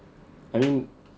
I mean